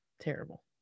Terrible